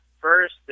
first